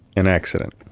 an accident